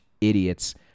idiots